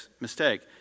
mistake